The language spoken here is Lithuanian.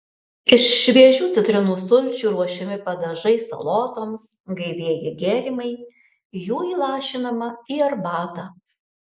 iš šviežių citrinų sulčių ruošiami padažai salotoms gaivieji gėrimai jų įlašinama į arbatą